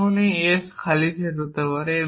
এখন এই s একটি খালি সেট হতে পারে